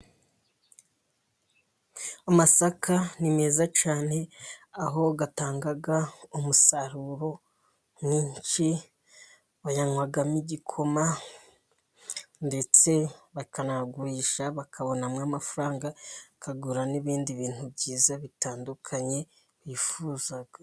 Amasaka ni meza cyane aho atanga umusaruro mwinshi, bayanywamo igikoma ndetse bakanagurisha bakabonamo amafaranga, bakagura n'ibindi bintu byiza bitandukanye bifuza.